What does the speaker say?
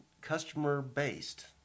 customer-based